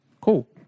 Cool